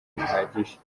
bihagije